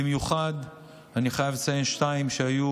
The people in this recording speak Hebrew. במיוחד אני חייב לציין שתיים שהיו